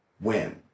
win